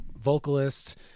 vocalist